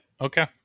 okay